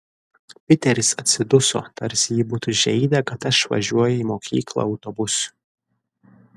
piteris atsiduso tarsi jį būtų žeidę kad aš važiuoju į mokyklą autobusu